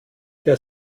der